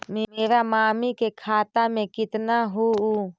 मेरा मामी के खाता में कितना हूउ?